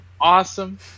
awesome